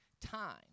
time